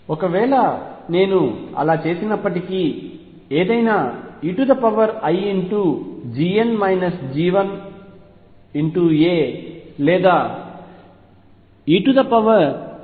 ఒకవేళ నేను అలా చేసినప్పటికీ ఏదైనా eia లేదా eia 1